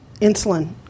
insulin